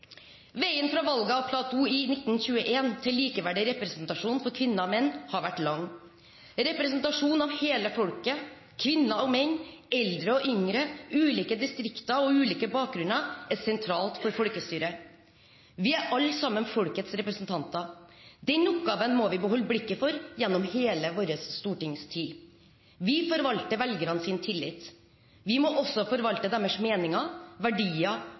Veien fra valget av Platou i 1921 til likeverdig representasjon for kvinner og menn har vært lang. Representasjon av hele folket – kvinner og menn, eldre og yngre, ulike distrikter og ulike bakgrunner – er sentralt for folkestyret. Vi er alle sammen folkets representanter. Den oppgaven må vi beholde blikket for gjennom hele vår stortingstid. Vi forvalter velgernes tillit. Vi må også forvalte deres meninger, verdier